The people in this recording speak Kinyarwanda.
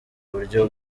buryo